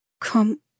Come